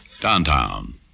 Downtown